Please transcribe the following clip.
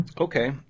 okay